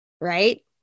right